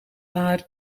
haar